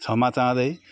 क्षमा चाहँदै